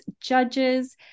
judges